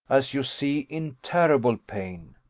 as you see, in terrible pain.